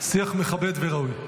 שיח מכבד וראוי.